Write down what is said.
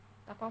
dabao